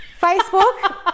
Facebook